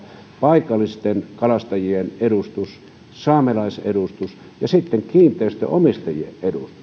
paikallisten kalastajien edustus saamelaisedustus ja sitten kiinteistönomistajien edustus